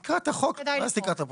תקרא את החוק ואז תקרא את הפרוטוקול.